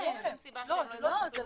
כתיירים אין שום סיבה שלא ייכנסו.